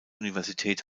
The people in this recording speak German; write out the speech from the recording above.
universität